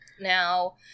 Now